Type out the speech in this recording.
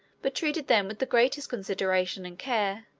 but treated them with the greatest consideration and care,